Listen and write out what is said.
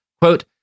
Quote